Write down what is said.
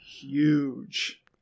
huge